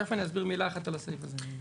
תיכף אני אסביר מילה אחת על הסעיף הזה.